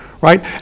right